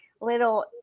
little